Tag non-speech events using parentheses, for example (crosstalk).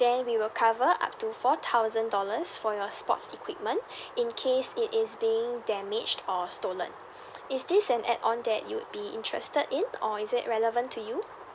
then we will cover up to four thousand dollars for your sports equipment (breath) in case it is being damaged or stolen (breath) is this an add on that you'd be interested in or is it relevant to you